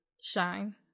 shine